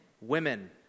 women